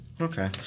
Okay